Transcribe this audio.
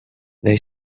they